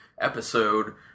episode